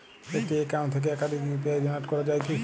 একটি অ্যাকাউন্ট থেকে একাধিক ইউ.পি.আই জেনারেট করা যায় কি?